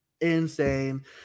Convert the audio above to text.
insane